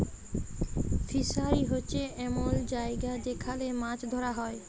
fishery হছে এমল জায়গা যেখালে মাছ ধ্যরা হ্যয়